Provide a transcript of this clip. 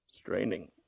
Straining